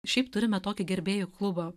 šiaip turime tokį gerbėjų klubą